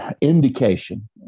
indication